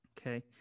Okay